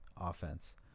offense